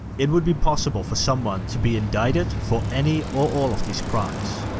it would be possible for someone to be indicted for any or all of these crimes.